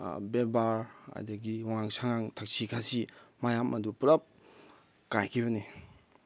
ꯕꯦꯕꯥꯔ ꯑꯗꯨꯗꯒꯤ ꯋꯥꯉꯥꯡ ꯁꯉꯥꯡ ꯊꯛꯁꯤ ꯈꯥꯁꯤ ꯃꯌꯥꯝ ꯑꯗꯨ ꯄꯨꯜꯂꯞ ꯀꯥꯏꯈꯤꯕꯅꯤ